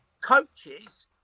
coaches